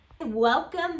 Welcome